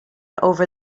over